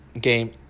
game